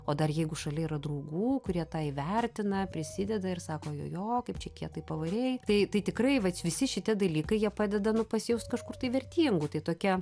o dar jeigu šalia yra draugų kurie tą įvertina prisideda ir sako jo jo kaip čia kietai pavarei tai tai tikrai vat visi šitie dalykai jie padeda nu pasijaust kažkur tai vertingu tai tokia